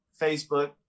Facebook